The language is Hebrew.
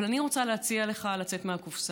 אבל אני רוצה להציע לך לצאת מהקופסה.